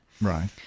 Right